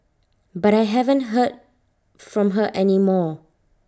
but I haven't heard from her any more